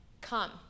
Come